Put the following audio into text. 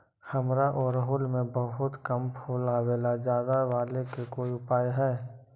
हमारा ओरहुल में बहुत कम फूल आवेला ज्यादा वाले के कोइ उपाय हैं?